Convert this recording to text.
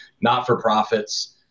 not-for-profits